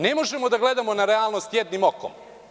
Ne možemo da gledamo na realnost jednim okom.